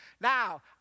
Now